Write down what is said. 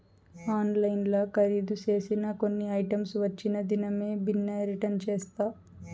ఆన్లైన్ల కరీదు సేసిన కొన్ని ఐటమ్స్ వచ్చిన దినామే బిన్నే రిటర్న్ చేస్తా